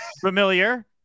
Familiar